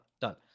done